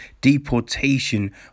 deportation